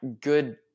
good